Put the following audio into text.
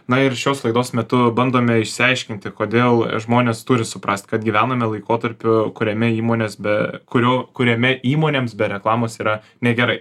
na ir šios laidos metu bandome išsiaiškinti kodėl žmonės turi suprast kad gyvename laikotarpiu kuriame įmonės be kurių kuriame įmonėms be reklamos yra negerai